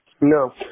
No